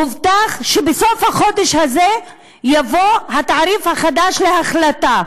הובטח שבסוף החודש הזה יבוא התעריף החדש להחלטה.